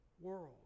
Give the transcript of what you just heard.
world